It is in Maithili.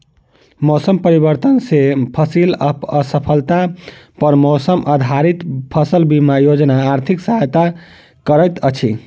मौसम परिवर्तन सॅ फसिल असफलता पर मौसम आधारित फसल बीमा योजना आर्थिक सहायता करैत अछि